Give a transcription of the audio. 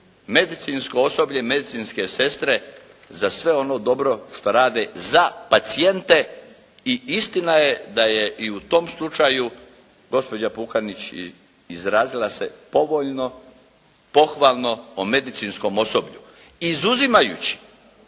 medicinsko osoblje i medicinske sestre za sve ono dobro što rade za pacijente i istina je da je i u tom slučaju gospođa Pukanić izrazila se povoljno, pohvalno o medicinskom osoblju, izuzimajući